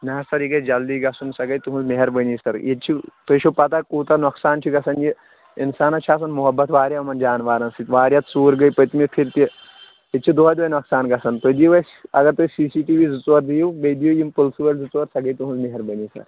نہ حظ سَر یہِ گژھِ جلدٕے گژھُن سۄ گٔیہِ تُہٕنٛز مہربٲنی سَر ییٚتہِ چھِ تُہۍ چھُو پَتہ کوٗتاہ نۄقصان چھُ گژھان یہِ اِنسانَس چھِ آسان مُحبت واریاہ جاناوارَن سۭتۍ واریاہ ژوٗر گٔے پٔتمہِ پھِر تہِ ییٚتہِ چھِ دۄہے دۄہے نۄقصان گژھان تُہۍ دِیِو اَسہِ اگر تُہۍ سی سی ٹی وی زٕ ژور دِیِو بیٚیہِ دِیِو یِم پُلسہٕ وٲلۍ زٕ ژور سۄ گٔیے تُہٕنٛز مہربٲنی سَر